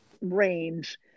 range